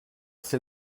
c’est